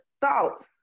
thoughts